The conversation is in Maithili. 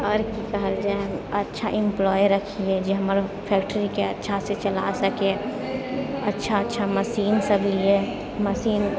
आओर की कहल जाइ अच्छा एम्प्लॉइ रखिए जे हमर फैक्ट्रीके अच्छासँ चला सकै अच्छा अच्छा मशीन सबभी लिए मशीन